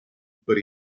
but